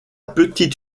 petite